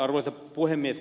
arvoisa puhemies